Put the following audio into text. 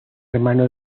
hermano